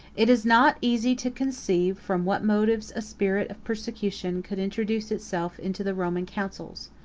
it is not easy to conceive from what motives a spirit of persecution could introduce itself into the roman councils.